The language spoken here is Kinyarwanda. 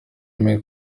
mille